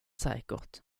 säkert